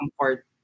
comfort